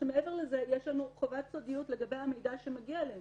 מעבר לזה יש לנו חובת סודיות לגבי המידע שמגיע אלינו,